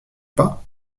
pas